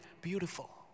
beautiful